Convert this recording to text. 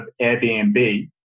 Airbnb